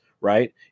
right